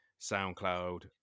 SoundCloud